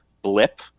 blip